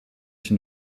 une